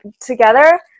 together